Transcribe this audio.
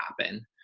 happen